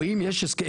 או אם יש הסכם,